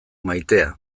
maitea